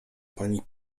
pani